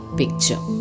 picture